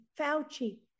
Fauci